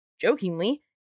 jokingly